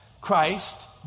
christ